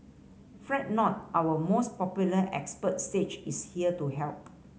fret not our most popular expert stage is here to help